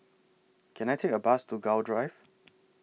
Can I Take A Bus to Gul Drive